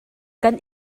kan